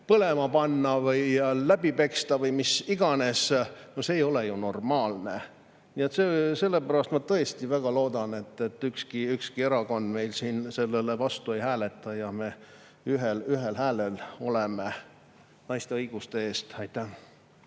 põlema panna, läbi peksta või mis iganes. No see ei ole ju normaalne! Sellepärast ma tõesti väga loodan, et ükski erakond siin sellele vastu ei hääleta ja me ühel häälel oleme naiste õiguste eest. Noh,